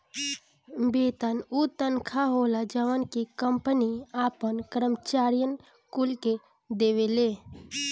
वेतन उ तनखा होला जवन की कंपनी आपन करम्चारिअन कुल के देवेले